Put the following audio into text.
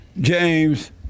James